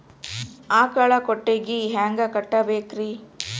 ಆಕಳ ಕೊಟ್ಟಿಗಿ ಹ್ಯಾಂಗ್ ಕಟ್ಟಬೇಕ್ರಿ?